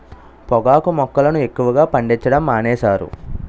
పొగాకు మొక్కలను ఎక్కువగా పండించడం మానేశారు